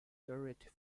turret